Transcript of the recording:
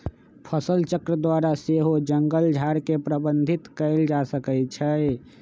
फसलचक्र द्वारा सेहो जङगल झार के प्रबंधित कएल जा सकै छइ